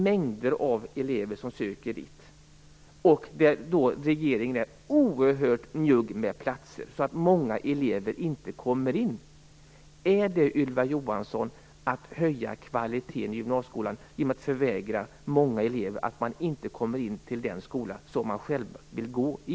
Mängder av elever söker dit, men regeringen är oerhört njugg med platser. Många elever kommer inte in. Är det, Ylva Johansson, att höja kvaliteten i gymnasieskolan när man förvägrar många elever att komma in på den skola som de själva vill gå i?